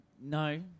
No